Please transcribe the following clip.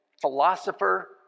philosopher